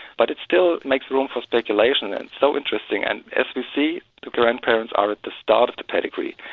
but it still makes room for speculation and it's so interesting, and as we see the grandparents are at the start of the pedigree,